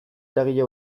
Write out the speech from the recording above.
eragile